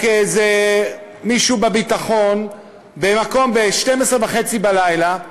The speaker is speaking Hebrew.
או כאיזה מישהו בביטחון בשתים-עשרה וחצי בלילה,